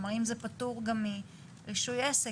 כלומר אם זה פטור גם מרישוי עסק,